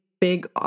big